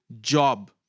job